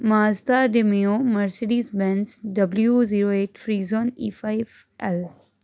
ਮਾਸਤਾ ਜਿਮਿਓ Mercedes Benz W zero eight ਫ ਰੀਜੋਨ ਈ ਫਾਈਵ ਐੱਲ